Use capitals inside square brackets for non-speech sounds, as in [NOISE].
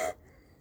[LAUGHS]